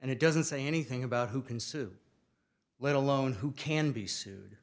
and it doesn't say anything about who can sue let alone who can be sued